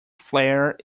flare